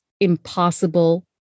impossible